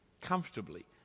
comfortably